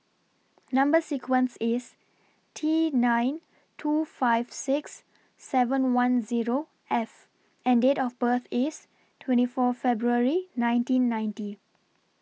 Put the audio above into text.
Number sequence IS T nine two five six seven one Zero F and Date of birth IS twenty four February nineteen ninety